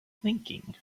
thinking